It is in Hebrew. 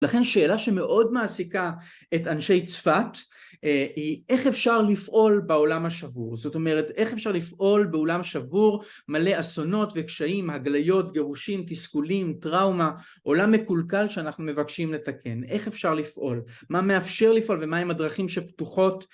לכן שאלה שמאוד מעסיקה את אנשי צפת היא איך אפשר לפעול בעולם השבור, זאת אומרת, איך אפשר לפעול בעולם שבור מלא אסונות וקשיים, הגליות, גירושים, תסכולים, טראומה, עולם מקולקל שאנחנו מבקשים לתקן, איך אפשר לפעול, מה מאפשר לפעול ומהם הדרכים שפתוחות